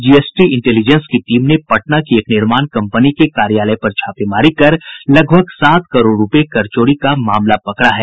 GST intelligence की team ने पटना की एक निर्माण कम्पनी के कार्यालय पर छापेमारी कर लगभग सात करोड़ रूपये कर चोरी का मामला पकड़ा है